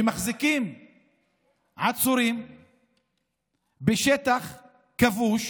שמחזיקים עצורים בשטח כבוש,